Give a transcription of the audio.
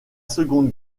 seconde